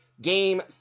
game